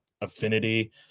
affinity